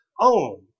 own